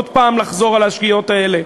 שוב לחזור על השגיאות האלה?